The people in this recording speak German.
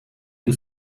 den